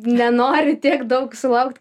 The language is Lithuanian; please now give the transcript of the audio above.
nenori tiek daug sulaukt